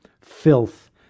filth